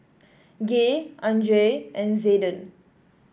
Gay Andrae and Zayden